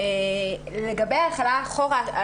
לגבי ההחלה אחורה,